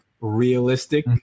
Realistic